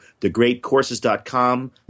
thegreatcourses.com